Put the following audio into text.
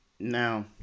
Now